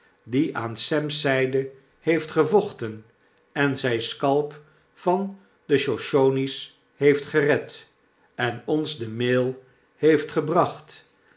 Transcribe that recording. die aan sem's zyde heeft gevochten en zyn scalp van de shoshonies heeft gered en ons de maal heeft gebracht